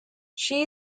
she